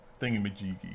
thingamajiggy